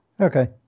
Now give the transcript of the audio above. Okay